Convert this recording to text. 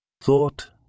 Thought